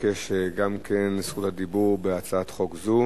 מבקש גם כן את זכות הדיבור בהצעת חוק זו.